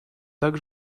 так